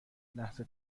لحظه